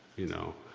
you know.